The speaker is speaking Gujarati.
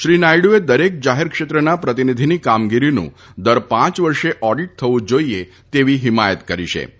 શ્રી નાયડુએ દરેક જાહેરક્ષેત્રના પ્રતિનિધિની કામગીરીનું દર પાંચ વર્ષે ઓડિટ થવું જાઈએ તેવી હિમાયત કરી ફતી